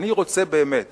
אני רוצה באמת